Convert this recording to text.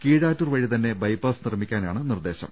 കീഴാറ്റൂർ വഴി തന്നെ ബൈപ്പാസ് നിർമ്മി ക്കാനാണ് നിർദേശം